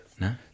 No